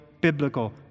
biblical